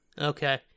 Okay